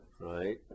right